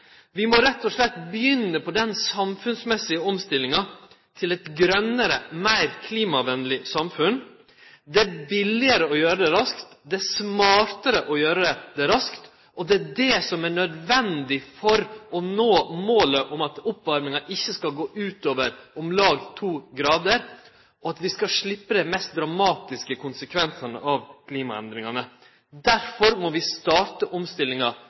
Vi må rett og slett begynne på den samfunnsmessige omstillinga til eit grønare og meir klimavennleg samfunn. Det er billegare å gjere det raskt, det er smartare å gjere det raskt, og det er det som er nødvendig for å nå målet om at oppvarminga ikkje skal gå utover om lag 2 grader, og at vi skal sleppe dei mest dramatiske konsekvensane av klimaendringane. Derfor må vi starte omstillinga